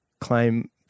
claim